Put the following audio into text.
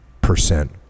percent